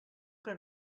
que